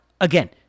again